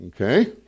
Okay